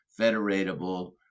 federatable